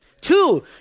Two